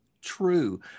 true